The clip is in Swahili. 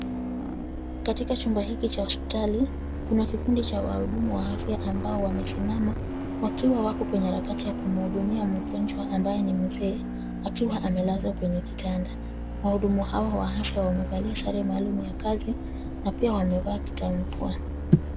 Katika chumba hiki cha hospitali, kuna kikundi cha wahudumu wa afya ambao wamesimama wakiwa wako kwenye harakati ya kumhudumia mgonjwa ambaye ni mzee aliwa amelazwa kwenye kitanda. Wahudumu hawa wa afya wamevalia sare maalum ya kazi na pia wamevaa kitu ya mapua.